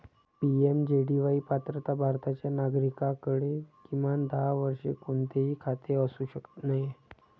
PMJDY पात्रता भारताच्या नागरिकाकडे, किमान दहा वर्षे, कोणतेही खाते असू नये